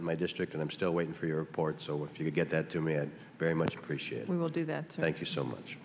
in my district and i'm still waiting for your report so if you can get that to me it very much appreciated we will do that thank you so much